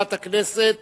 הכנסת